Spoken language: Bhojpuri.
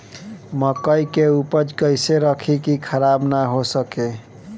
मकई के उपज कइसे रखी की खराब न हो सके?